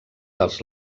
dels